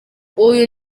uyu